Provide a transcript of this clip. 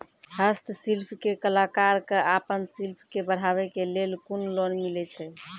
हस्तशिल्प के कलाकार कऽ आपन शिल्प के बढ़ावे के लेल कुन लोन मिलै छै?